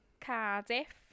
Cardiff